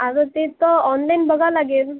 अगं तिथं ऑनलाइन बघायला लागेल